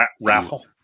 raffle